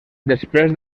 després